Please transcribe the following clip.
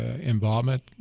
involvement